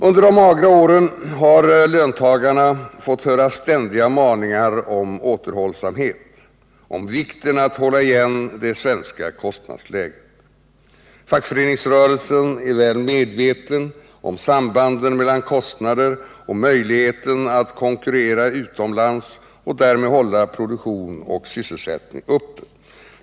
Under de magra åren har löntagarna fått höra ständiga maningar om återhållsamhet, om vikten av att hålla igen det svenska kostnadsläget. Fackföreningsrörelsen är väl medveten om sambanden mellan kostnader och möjligheten att konkurrera utomlands och därmed hålla produktion och sysselsättning uppe.